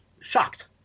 shocked